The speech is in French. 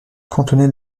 contenaient